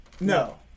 no